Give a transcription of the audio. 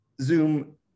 Zoom